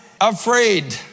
afraid